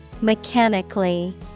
Mechanically